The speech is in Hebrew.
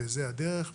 וזו הדרך.